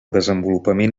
desenvolupament